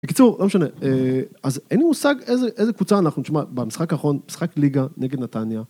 בקיצור, לא משנה, אז אין לי מושג איזה קבוצה אנחנו. תשמע במשחק האחרון, משחק ליגה נגד נתניה.